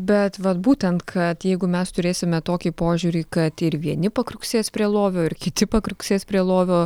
bet vat būtent kad jeigu mes turėsime tokį požiūrį kad ir vieni pakriuksės prie lovio ir kiti pakriuksės prie lovio